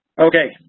okay